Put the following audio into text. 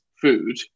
food